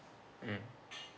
mm